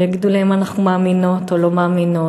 ויגידו להן אם אנחנו מאמינות או לא מאמינות